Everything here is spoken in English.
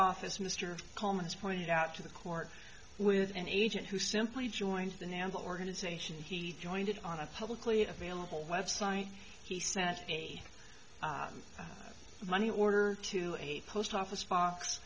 off as mr coleman's pointed out to the court with an agent who simply joins the now organization he joined it on a publicly available website he sent a money order to a post office box